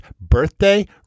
birthday